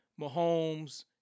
Mahomes